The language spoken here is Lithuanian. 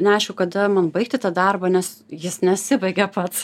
neaišku kada man baigti tą darbą nes jis nesibaigia pats